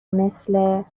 مثل